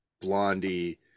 Blondie